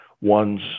one's